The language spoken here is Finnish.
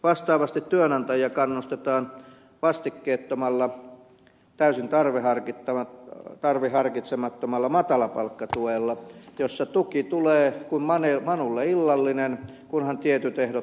vastaavasti työnantajia kannustetaan vastikkeettomalla täysin tarveharkitsemattomalla matalapalkkatuella jossa tuki tulee kuin manulle illallinen kunhan tietyt ehdot täyttyvät